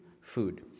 food